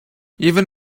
even